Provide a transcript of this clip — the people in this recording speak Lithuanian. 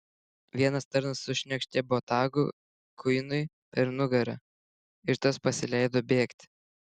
vienas tarnas sušniokštė botagu kuinui per nugarą ir tas pasileido bėgti